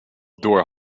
door